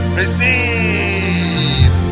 receive